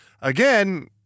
again